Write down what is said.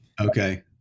Okay